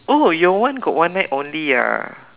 oh your one got one neck only ah